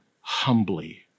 humbly